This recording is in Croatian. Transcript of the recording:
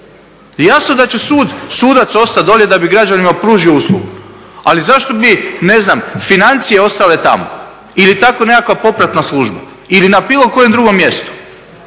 Jasno da će sud, sudac ostati dolje da bi građanima pružio uslugu ali zašto bi ne znam financije ostale tamo? Ili takva nekakva popratna služba? Ili na bilo kojem drugom mjestu?